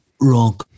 Wrong